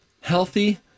healthy